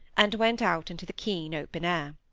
and went out into the keen, open air.